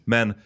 Men